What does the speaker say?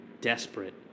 desperate